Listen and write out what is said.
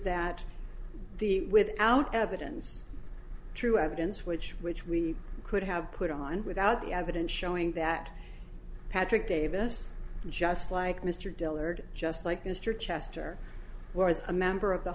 that the without evidence true evidence which which we could have put on without the evidence showing that patrick davis just like mr dillard just like mr chester or is a member of the